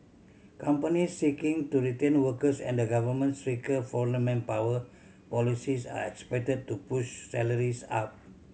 companies seeking to retain workers and the government's stricter foreign manpower policies are expected to push salaries up